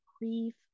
grief